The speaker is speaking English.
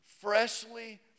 freshly